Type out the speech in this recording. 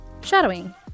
Shadowing